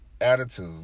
attitude